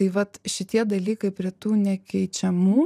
tai vat šitie dalykai prie tų nekeičiamų